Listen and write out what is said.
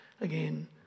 again